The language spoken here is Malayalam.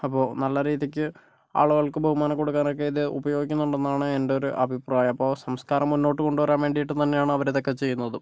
അപ്പോൾ നല്ല രീതിക്ക് ആളുകൾക്ക് ബഹുമാനം കൊടുക്കാൻ ഒക്കെ ഇത് ഉപയോഗിക്കുന്നുണ്ടെന്നാണ് എൻ്റെ ഒരു അഭിപ്രായം അപ്പോൾ സംസ്കാരം മുന്നോട്ട് കൊണ്ടുവരാൻ വേണ്ടിയിട്ട് തന്നെയാണ് അവർ ഇതൊക്കെ ചെയ്യുന്നതും